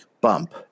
bump